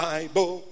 Bible